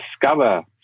discover